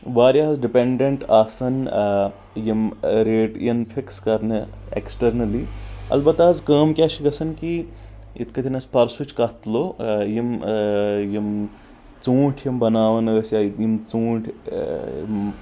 واریاہ ڈٮپیٚنڈٮ۪نٹ آسان یِم ریٹ یِن فکٕس کرنہٕ اٮ۪کٕسٹرنلی البتہ حظ کٲم کیٛاہ چھِ گژھان کہِ یِتھ کٲٹھۍ أسۍ پرسچ کتھ تُلو یِم یِم ژوٗنٛٹھۍ یِم بناوان ٲسۍ یِم ژوٗنٛٹھۍ